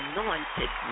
Anointed